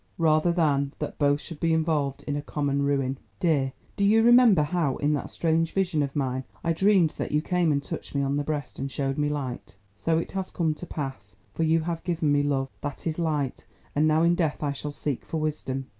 rather than that both should be involved in a common ruin. dear, do you remember how in that strange vision of mine, i dreamed that you came and touched me on the breast and showed me light? so it has come to pass, for you have given me love that is light and now in death i shall seek for wisdom.